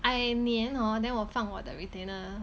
I 粘 hor then 我放我的 retainer